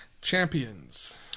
Champions